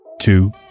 two